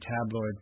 tabloid